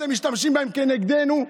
אתם משתמשים בהן כנגדנו.